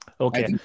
Okay